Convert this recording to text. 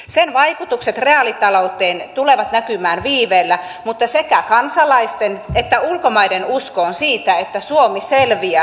sen vaikutukset reaalitalouteen tulevat näkymään viiveellä mutta sekä kansalaisten että ulkomaiden usko on siinä että suomi selviää talousongelmistaan